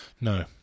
No